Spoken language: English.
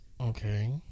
Okay